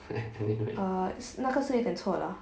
uh 那个是有臭啦